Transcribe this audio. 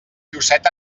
llucet